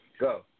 go